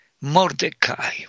Mordecai